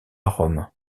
rome